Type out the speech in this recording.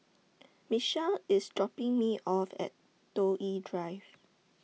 Mitchell IS dropping Me off At Toh Yi Drive